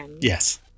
Yes